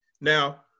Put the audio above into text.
Now